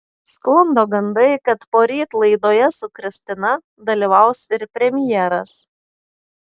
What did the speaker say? sklando gandai kad poryt laidoje su kristina dalyvaus ir premjeras